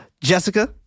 Jessica